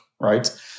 right